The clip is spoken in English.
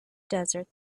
desert